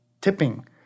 tipping